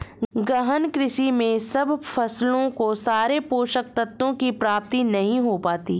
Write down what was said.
गहन कृषि में सब फसलों को सारे पोषक तत्वों की प्राप्ति नहीं हो पाती